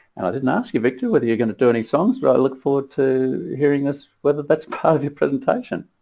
and i didn't ask you victor whether you're going to do any songs. but i look forward to hearing whether that's part of your presentation.